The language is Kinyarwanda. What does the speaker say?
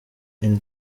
une